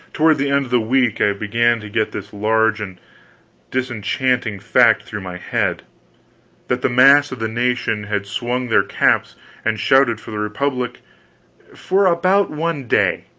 toward the end of the week i began to get this large and disenchanting fact through my head that the mass of the nation had swung their caps and shouted for the republic for about one day,